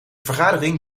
vergadering